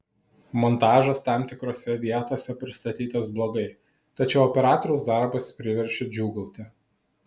montažas tam tikrose vietose pristatytas blogai tačiau operatoriaus darbas priverčia džiūgauti